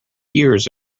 years